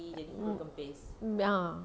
mm ya